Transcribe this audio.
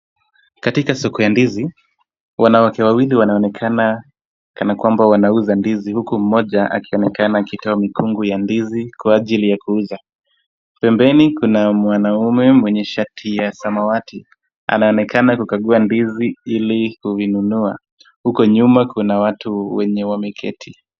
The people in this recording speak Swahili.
Katika soko ya ndizi, wanawake wawili wanaonekana kana kwamba wanauza ndizi, huku mmoja akionekana akitoa mikungu ya ndizi kwa ajili ya kuuza. Pembeni kuna mwanaume mwenye shati ya samwati, anaonekana kukagua ndizi ili kuinunua. Huko nyuma kuna watu wenye wameketi.